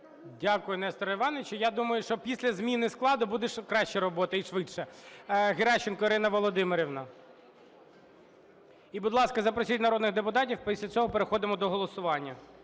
Дякую, Несторе Івановичу. Я думаю, що після зміни складу буде ще краща робота і швидша. Геращенко Ірина Володимирівна. І, будь ласка, запросіть народних депутатів, після цього переходимо до голосування.